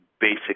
basic